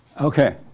Okay